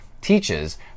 teaches